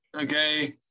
Okay